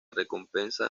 recompensas